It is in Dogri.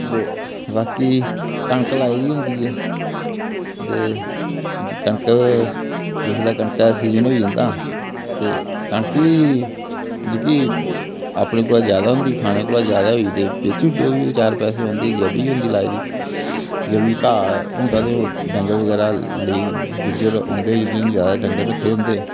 ते बाकी कनक लाई दी होंदी ऐ दे कनक जिसलै कनका दा सीजन होई जंदा ते कनक बी जेह्की अपने कोला ज्यादा होंदी खाने कोला ज्यादा होई जा ते बेची ओड़दे ओह् बी चार पैसे औंदे जो बी घाह होंदा ते ओह् डंगर बगैरा लेई गुज्जर औंदे जि'नें ज्यादा डंगर रक्खे दे होंदे